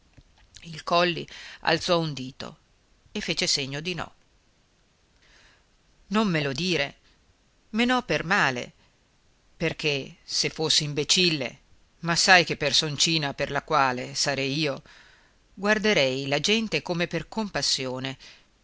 il colli alzò un dito e fece segno di no non me lo dire me n'ho per male perché se fosse imbecille ma sai che personcina per la quale sare io guarderei la gente come per compassione